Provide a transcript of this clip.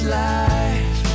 life